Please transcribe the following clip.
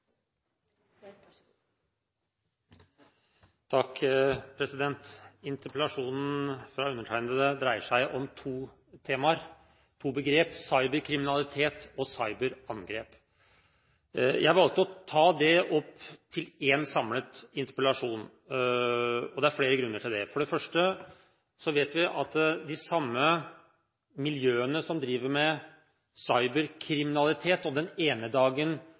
Interpellasjonen fra undertegnede dreier seg om to temaer, to begrep: «cyberkriminalitet» og «cyberangrep». Jeg valgte å ta det opp til én samlet interpellasjon, og det er flere grunner til det. For det første vet vi at de samme miljøene som driver med cyberkriminalitet, og som den ene dagen